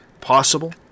possible